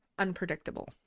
unpredictable